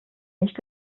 nicht